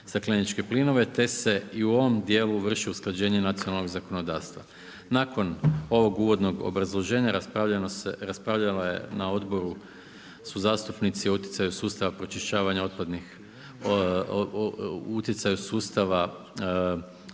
stakleniče plinove, te se i u ovom djelu vrši usklađenje nacionalnog zakonodavstva. Nakon, ovog uvodnog obrazloženja, raspravljala je na odboru, su zastupnici o utjecaju sustava pročišćavanja, utjecaju sustava,